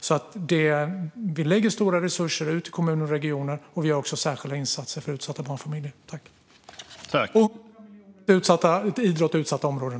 Vi lägger alltså stora resurser för kommuner och regioner, och vi gör också särskilda insatser för utsatta barnfamiljer och för idrott i utsatta områden.